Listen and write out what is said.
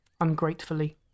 ungratefully